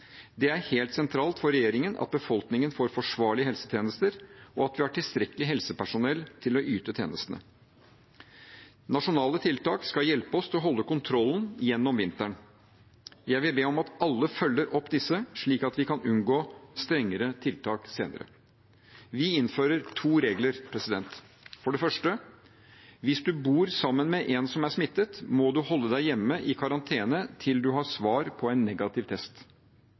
Det er helt sentralt for regjeringen at befolkningen får forsvarlige helsetjenester, og at vi har tilstrekkelig helsepersonell til å yte tjenestene. Nasjonale tiltak skal hjelpe oss til å holde kontrollen gjennom vinteren. Jeg vil be om at alle følger opp disse, slik at vi kan unngå strengere tiltak senere. Vi innfører to regler: For det første: Hvis du bor sammen med en som er smittet, må du holde deg hjemme i karantene til du har svar på en negativ test.